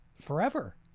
forever